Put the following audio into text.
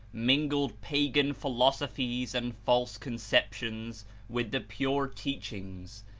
mingled pagan philosophies and false conceptions with the pure teachings,